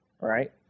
right